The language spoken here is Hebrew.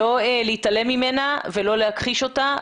לא להתעלם ממנה ולא להכחיש אותה.